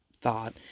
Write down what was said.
thought